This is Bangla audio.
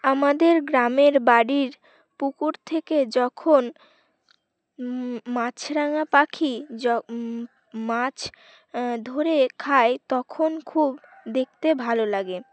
আমাদের গ্রামের বাড়ির পুকুর থেকে যখন মাছরাঙা পাখি মাছ ধরে খায় তখন খুব দেখতে ভালো লাগে